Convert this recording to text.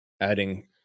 adding